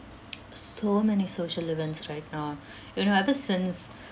so many social events right now you know ever since